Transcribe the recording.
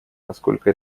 насколько